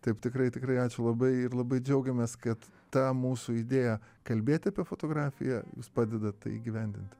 taip tikrai tikrai ačiū labai ir labai džiaugiamės kad ta mūsų idėja kalbėti apie fotografiją padeda tai įgyvendinti